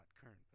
current